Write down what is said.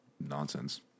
nonsense